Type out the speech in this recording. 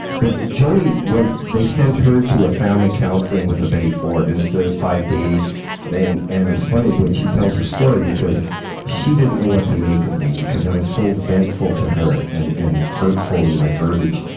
but joanie went they sent her to a family counseling with the betty ford and it's a five-day thing. and it's funny when she tells the story because she didn't know what to make of me, because i was so ventful to her and and hurtful in my verbiage.